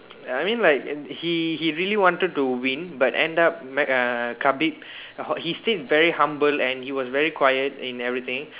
I mean like he he really wanted to win but end up Mc uh Khabib he stayed very humble and he was very quiet in everything